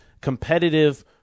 competitive